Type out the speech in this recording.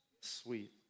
Sweet